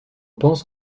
pense